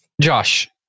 Josh